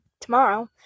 tomorrow